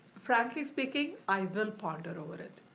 frankly speaking, i will ponder over it.